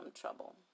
trouble